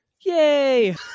yay